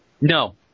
No